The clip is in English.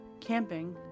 Camping